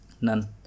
None